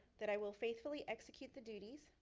that i will faithfully execute the duties.